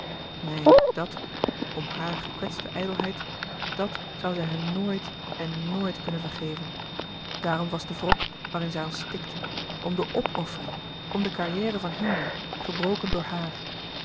neen dat om hare gekwetste ijdelheid dat zoû zij hun nooit en nooit kunnen vergeven daarom was de wrok waarin zij als stikte om de opoffering om de carrière van henri gebroken door haar